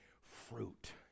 fruit